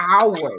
hours